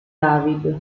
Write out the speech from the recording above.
david